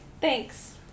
thanks